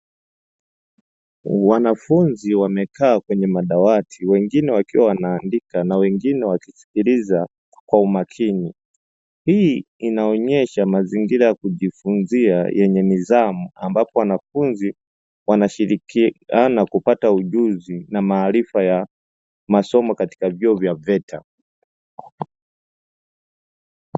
Wanafunzi wamekaa kwenye madawati wengine wanaandika na wengine wakiwa wanasikiliza kwa umakini, hii inaonyesha mazingira ya kujifunzia yenye nidhamu ambapo wanafunzi wanashirikiana kupata ujuzi na maarifa ya masomo katika vyuo vya veta.